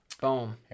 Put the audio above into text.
Boom